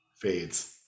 fades